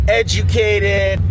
educated